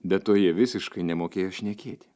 be to jie visiškai nemokėjo šnekėti